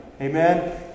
Amen